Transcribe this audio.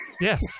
Yes